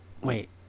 Wait